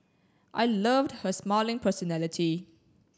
I loved her smiling personality